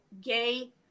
gay